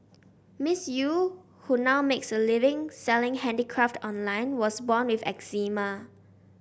Miss Eu who now makes a living selling handicraft online was born with eczema